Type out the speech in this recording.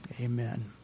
amen